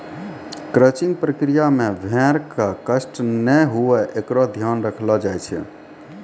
crutching प्रक्रिया मे भेड़ क कष्ट नै हुये एकरो ध्यान रखलो जाय छै